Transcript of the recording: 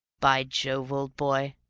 by jove, old boy,